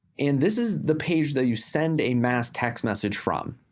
and this is the page that you send a mass text message from.